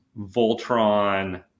Voltron